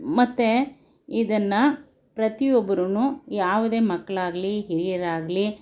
ಮತ್ತೆ ಇದನ್ನು ಪ್ರತಿಯೊಬ್ಬರೂ ಯಾವುದೇ ಮಕ್ಕಳಾಗಲಿ ಹಿರಿಯರಾಗಲಿ